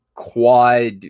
Quad